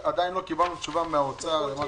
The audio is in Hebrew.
עדיין לא קיבלנו תשובה מן האוצר לגבי